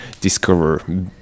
discover